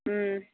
ꯎꯝ